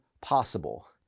possible